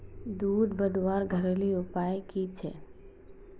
दूध बढ़वार घरेलू उपाय की छे?